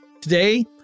Today